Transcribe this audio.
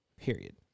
period